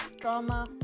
drama